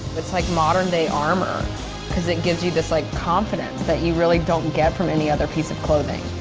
it's like modern day armor cause it gives you this like confidence that you really don't get from any other piece of clothing.